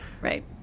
Right